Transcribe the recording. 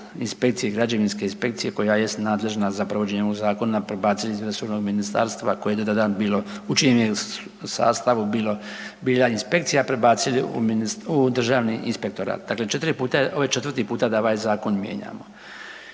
inspekcije, građevinske inspekcije koja jest nadležna za provođenje ovoga zakona prebacili iz resornog ministarstva koji je do … bilo, u čijem je sastavu bila inspekcija prebacili u Državni inspektorat. Dakle ovo je 4 put da ovaj zakon mijenjamo